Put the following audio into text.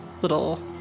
little